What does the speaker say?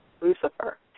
Lucifer